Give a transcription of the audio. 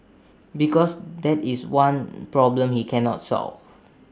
because that is one problem he cannot solve